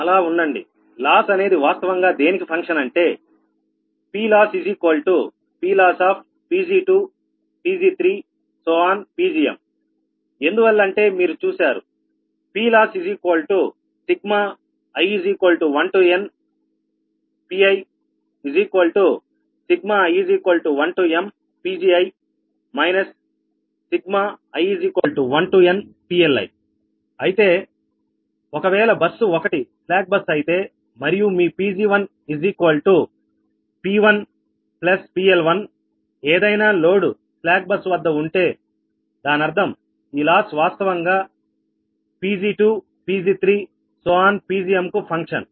అలా ఉండండి లాస్ అనేది వాస్తవంగా దేనికి ఫంక్షన్ అంటే PLoss PLoss Pg2 Pg3 Pgm ఎందువల్ల అంటే మీరు చూశారు PLossi1nPii1mPgi i1nPLi అయితే ఒకవేళ బస్సు 1 స్లాక్ బస్సు అయితే మరియు మీ Pg1 P1 PL1ఏదైనా లోడు స్లాక్ బస్సు వద్ద ఉంటే దానర్థం ఈ లాస్ వాస్తవంగా Pg2 Pg3 Pgm కు ఫంక్షన్